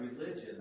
religion